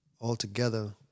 Altogether